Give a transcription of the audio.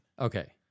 Okay